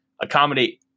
accommodate